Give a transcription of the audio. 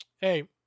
Hey